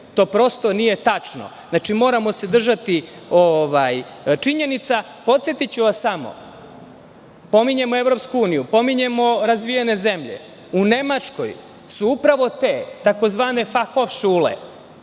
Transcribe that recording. To prosto nije tačno. Znači, moramo se držati činjenica. Podsetiću vas samo, pominjemo EU, pominjemo razvijene zemlje, u Nemačkoj su upravo te tzv. fahovšule,